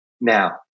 now